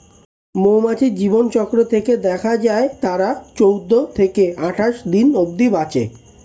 মৌমাছির জীবনচক্র থেকে দেখা যায় তারা চৌদ্দ থেকে আটাশ দিন অব্ধি বাঁচে